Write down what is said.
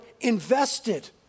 invested